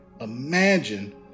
imagine